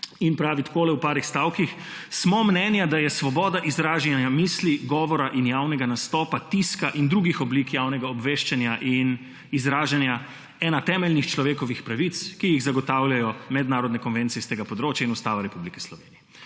in pravi takole v parih stavkih. Smo mnenja, da je svoboda izražanja, misli, govora in javnega nastopa tika in drugih oblik javnega obveščanja in izražanja ena temeljnih človekovih pravic, ki jih zagotavljajo mednarodne konvencije iz tega področja in Ustava Republike Slovenije.